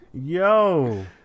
Yo